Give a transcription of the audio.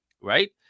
right